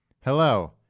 Hello